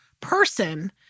person